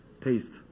taste